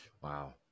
Wow